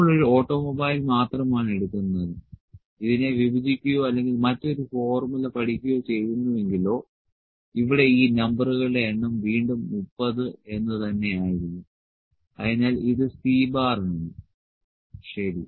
നമ്മൾ ഒരു ഓട്ടോമൊബൈൽ മാത്രമാണ് എടുക്കുന്നത് ഇതിനെ വിഭജിക്കുകയോ അല്ലെങ്കിൽ മറ്റൊരു ഫോർമുല പഠിക്കുകയോ ചെയ്യുന്നുവെങ്കിലോ ഇവിടെ ഈ നമ്പറുകളുടെ എണ്ണം വീണ്ടും 30 എന്ന് തന്നെയായിരിക്കും അതിനാൽ ഇത് Cആണ് ശരി